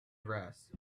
grass